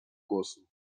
głosu